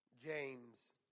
James